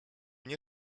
nie